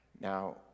Now